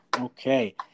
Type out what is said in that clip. Okay